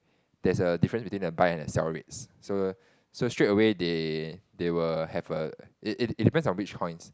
there's a difference between the buy and the sell rates so so straight away they they will have a it it it depends on which coins